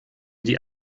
die